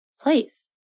place